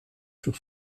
sur